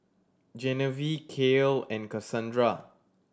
Genevieve Kael and Kasandra